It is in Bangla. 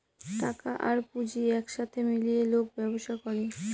টাকা আর পুঁজি এক সাথে মিলিয়ে লোক ব্যবসা করে